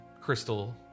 crystal